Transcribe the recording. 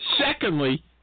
Secondly